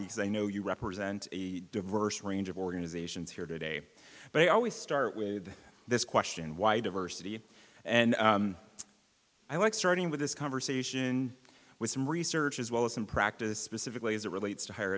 because i know you represent a diverse range of organizations here today but i always start with this question why diversity and i like starting with this conversation with some research as well as in practice specifically as it relates to higher